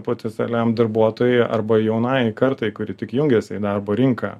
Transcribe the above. potencialiam darbuotojui arba jaunajai kartai kur tik jungiasi į darbo rinką